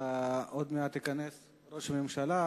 עוד מעט ייכנס ראש הממשלה,